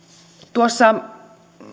tuossa